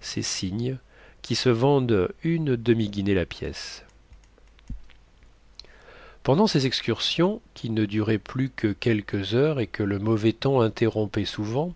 ces cygnes qui se vendent une demi guinée la pièce pendant ces excursions qui ne duraient plus que quelques heures et que le mauvais temps interrompait souvent